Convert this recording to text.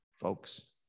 folks